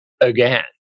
again